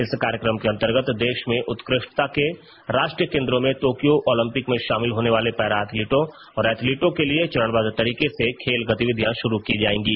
इस कार्यक्रम के अंतर्गत देश में उत्कृष्टता के राष्ट्रीय केन्द्रों में तोक्यो ओलिंपिक में शामिल होने वाले पैरा एथलीटों और एथलीटों के लिए चरणबद्व तरीके से खेल गतिविधियां शुरू की जाएंगी